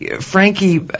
Frankie